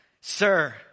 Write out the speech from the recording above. Sir